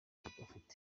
bafite